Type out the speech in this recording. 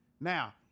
Now